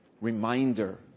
reminder